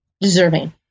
deserving